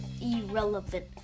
irrelevant